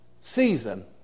season